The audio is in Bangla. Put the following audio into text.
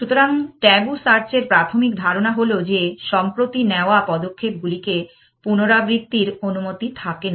সুতরাং ট্যাবু সার্চ এর প্রাথমিক ধারণা হল যে সম্প্রতি নেওয়া পদক্ষেপগুলিকে পুনরাবৃত্তির অনুমতি থাকে না